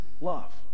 love